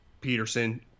Peterson